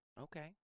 Okay